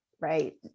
right